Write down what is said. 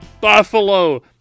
Buffalo